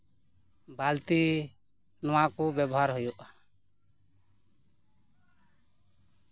ᱵᱟᱞᱛᱤ ᱱᱚᱣᱟ ᱠᱚ ᱵᱮᱵᱚᱦᱟᱨ ᱦᱩᱭᱩᱜᱼᱟ